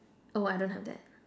oh I don't have that